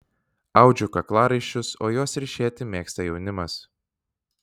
audžiu kaklaraiščius o juos ryšėti mėgsta jaunimas